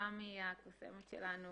תמי הקוסמת שלנו